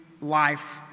life